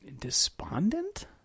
despondent